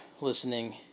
listening